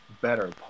better